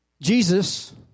Jesus